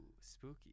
spooky